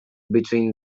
between